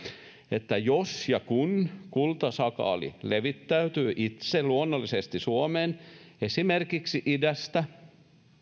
että jos ja kun kultasakaali levittäytyy itse luonnollisesti suomeen esimerkiksi idästä